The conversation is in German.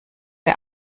der